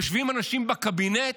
יושבים אנשים בקבינט,